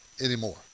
anymore